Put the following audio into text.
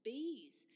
Bees